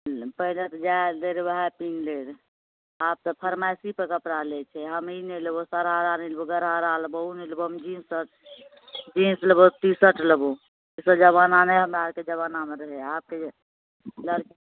पहिले तऽ जहए दै रहै ओहए पीन्ह लै रहै आब तऽ फरमाइशी पर कपड़ा लै छै हम ई नहि लेबौ सरारा नहि लेबौ घरारा लेबौ ओ नहि लेबौ हम जिन्स शर्ट जिन्स लेबौ टी शर्ट लेबौ ई सब जबाना नहि हमरा आरके जबानामे रहै आबके जे लड़की